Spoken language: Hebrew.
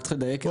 רק צריך לדייק,